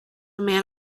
man